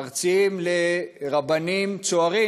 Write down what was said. מרצים לרבנים צוערים,